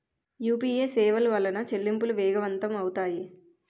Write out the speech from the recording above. UPA సేవల వలన చెల్లింపులు వేగవంతం అవుతాయి